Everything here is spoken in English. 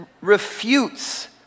refutes